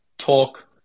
talk